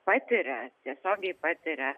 patiria tiesiogiai patiria